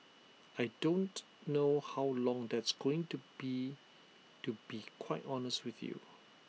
I don't know how long that's going to be to be quite honest with you